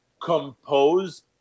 compose